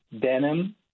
denim